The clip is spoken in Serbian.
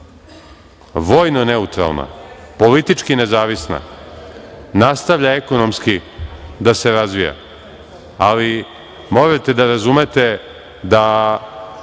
vojno neutralna, politički nezavisna nastavlja ekonomski da se razvija, ali morate da razumete da